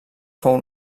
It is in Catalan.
fou